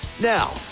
Now